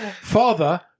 Father